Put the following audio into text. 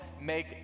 make